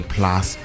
Plus